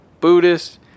Buddhist